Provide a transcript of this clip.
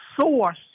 source